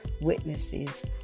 witnesses